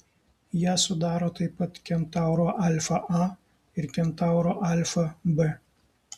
ją sudaro taip pat kentauro alfa a ir kentauro alfa b